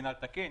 מינהל תקין,